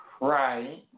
Right